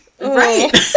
Right